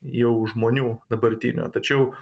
jau žmonių dabartinių tačiau